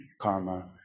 karma